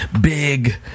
big